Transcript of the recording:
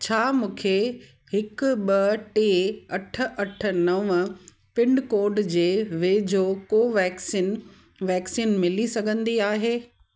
छा मूंखे हिकु ॿ टे अठ अठ नव पिनकोड जे वेझो कोवैक्सीन वैक्सीन मिली सघंदी आहे